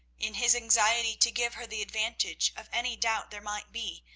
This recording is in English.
in his anxiety to give her the advantage of any doubt there might be,